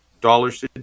dollars